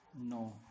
No